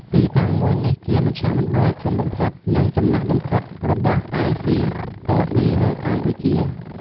ទីតាំងមួយនេះ ជាមជ្ឈមណ្ឌលធំបំផុត និងចំណាស់បំផុតរបស់ អាយសុី អរ សុីនៅកម្ពុជា។